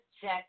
Check